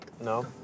No